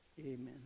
Amen